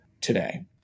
today